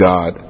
God